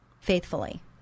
faithfully